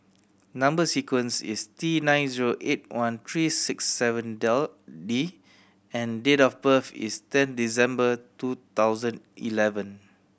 number sequence is T nine zero eight one three six seven Deal D and date of birth is ten December two thousand eleven